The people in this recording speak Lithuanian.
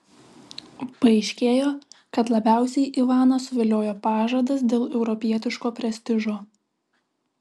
paaiškėjo kad labiausiai ivaną suviliojo pažadas dėl europietiško prestižo